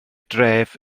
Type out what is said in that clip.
dref